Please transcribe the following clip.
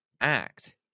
act